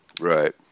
right